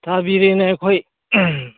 ꯇꯥꯕꯤꯔꯦꯅꯦ ꯑꯩꯈꯣꯏ